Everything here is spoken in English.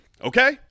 Okay